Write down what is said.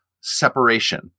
separation